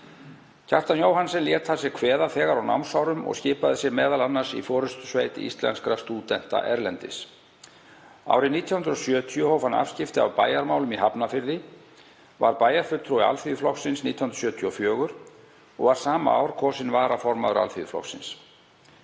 Kjartan Jóhannsson lét að sér kveða þegar á námsárum og skipaði sér m.a. í forustusveit íslenskra stúdenta erlendis. Árið 1970 hóf hann afskipti af bæjarmálum í Hafnarfirði, varð bæjarfulltrúi Alþýðuflokksins 1974 og var sama ár kosinn varaformaður Alþýðuflokksins.